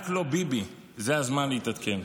רק לא ביבי, זה הזמן להתעדכן.